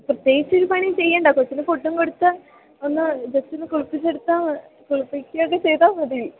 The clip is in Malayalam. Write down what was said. പ്രത്യേകിച്ചൊരു പണിയും ചെയ്യേണ്ട കൊച്ചിന് ഫുഡ്ഡും കൊടുത്ത് ഒന്ന് ജസ്റ്റൊന്ന് കുളിപ്പിച്ചെടുത്താൽ കുളിപ്പിക്കുകയും ഒക്കെ ചെയ്താൽ മതി